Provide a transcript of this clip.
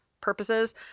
purposes